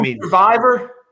survivor